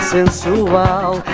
Sensual